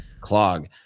Clog